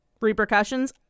repercussions